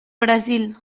brasil